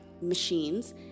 machines